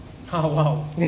oh !wow!